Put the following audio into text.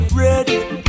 ready